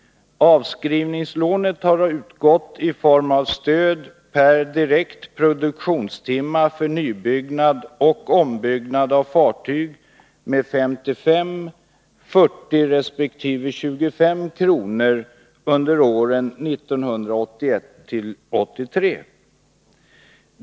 Avskrivningslånet har utgått i form av stöd per direkt produktionstimme för nybyggnad och ombyggnad av fartyg med 55, 40 resp. 25 kr. under åren 1981-1983.